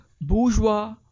bourgeois